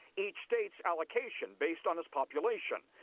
each state's allocation based on its population.